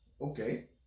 Okay